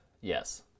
Yes